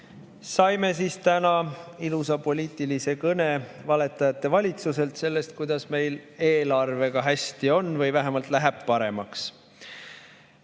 Saime täna ilusa poliitilise kõne valetajate valitsuselt sellest, kuidas meil eelarvega hästi on või vähemalt läheb paremaks.